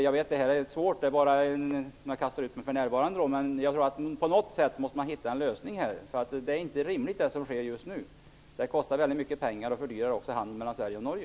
Jag vet att det är svårt, och det är bara ett framkastat förslag, men jag tror att man på något sätt måste hitta en lösning här. Det som sker just nu är inte rimligt. Det kostar mycket pengar och fördyrar också handeln mellan Sverige och Norge.